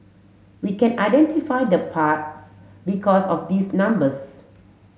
we can identify the parts because of these numbers